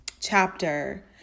chapter